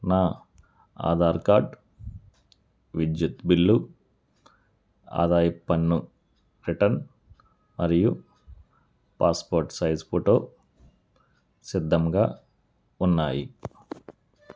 నా ఆధార్ కార్డ్ విద్యుత్ బిల్లు ఆదాయపు పన్ను రిటర్న్ మరియు పాస్పోర్ట్ సైజ్ ఫోటో సిద్ధముగా ఉన్నాయి